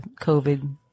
COVID